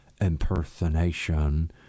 impersonation